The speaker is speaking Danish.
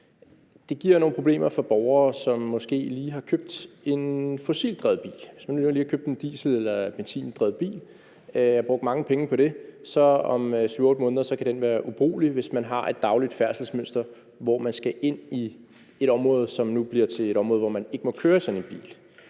Det giver nogle problemer for borgere, som måske lige har købt en fossildrevet bil. Hvis man nu lige har købt en diesel- eller benzindrevet bil og har brugt mange penge på det, kan den om 7-8 måneder være ubrugelig, hvis man har et dagligt færdselsmønster, hvor man skal ind i et område, som nu bliver til et område, hvor man ikke må køre i sådan en bil.